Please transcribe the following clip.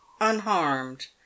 unharmed